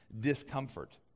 discomfort